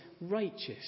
righteous